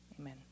amen